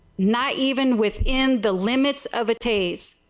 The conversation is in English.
not even within the limits of a taste.